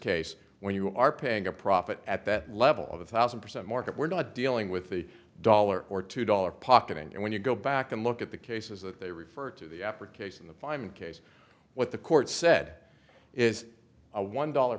case when you are paying a profit at that level of a thousand percent market we're not dealing with a dollar or two dollars pocket and when you go back and look at the cases that they refer to the application the fine case what the court said is a one dollar